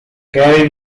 gary